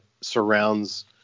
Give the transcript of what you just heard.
surrounds